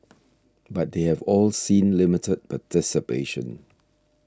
but they have all seen limited participation